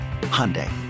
Hyundai